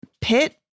pit